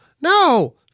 No